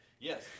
Yes